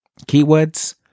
Keywords